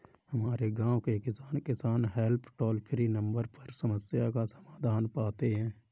हमारे गांव के किसान, किसान हेल्प टोल फ्री नंबर पर समस्या का समाधान पाते हैं